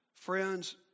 Friends